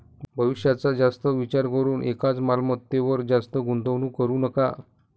भविष्याचा जास्त विचार करून एकाच मालमत्तेवर जास्त गुंतवणूक करू नका